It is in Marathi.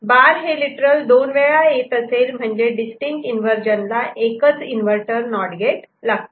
बार हे लिटरल दोन वेळा येत असेल म्हणजे डिस्टिंक्ट इन्वर्जन ला एकच इन्व्हर्टर नॉट गेट लागतो